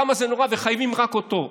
כמה זה נורא ושחייבים רק אותו.